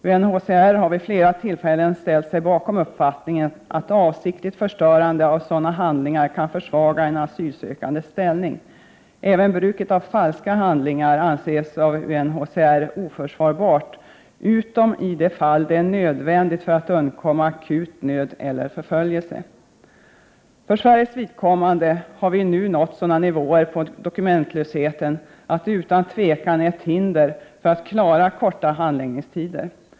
Vid UNHCR har man vid flera tillfällen ställt sig bakom uppfattningen, att avsiktligt förstörande av sådana handlingar kan försvaga en asylsökandes ställning. Även bruket av falska handlingar anses inom UNHCR oförsvarbart, utom i de fall som det är nödvändigt för att undkomma akut nöd eller förföljelse. För Sveriges vidkommande har vi nu nått sådana nivåer på dokumentlösheten att de utan tvivel utgör ett hinder för att klara korta handläggningstider.